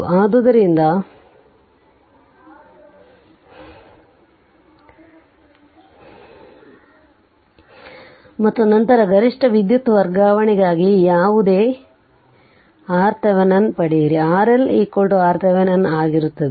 ಆದ್ದರಿಂದ ಮತ್ತು ನಂತರ ಗರಿಷ್ಠ ವಿದ್ಯುತ್ ವರ್ಗಾವಣೆಗಾಗಿ ಯಾವುದೇ ಆರ್ಟಿಹೆನಿನ್ ಪಡೆಯಿರಿ RL RThevenin ಆಗಿರುತ್ತದೆ